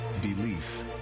belief